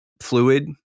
fluid